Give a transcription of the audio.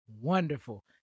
Wonderful